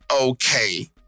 okay